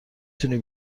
تونی